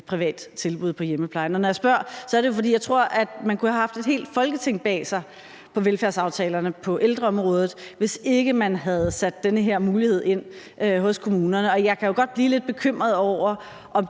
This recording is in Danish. privat tilbud på hjemmepleje. Når jeg spørger, er det jo, fordi jeg tror, at man i forhold til velfærdsaftalerne kunne have haft et helt Folketing bag sig på ældreområdet, hvis ikke man havde sat den her mulighed ind hos kommunerne, og jeg kan godt blive lidt bekymret over, om